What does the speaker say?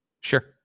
sure